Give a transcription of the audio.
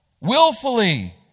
Willfully